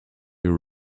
your